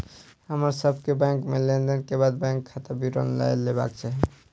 हमर सभ के बैंक में लेन देन के बाद बैंक खाता विवरण लय लेबाक चाही